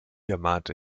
ermahnte